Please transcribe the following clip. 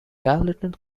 carrollton